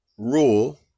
Rule